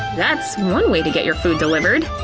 that's one way to get your food delivered.